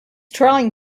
trying